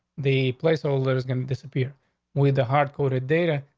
the place all that is going to disappear with the hard coded data.